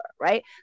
Right